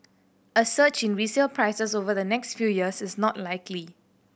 a surge in resale prices over the next few years is not likely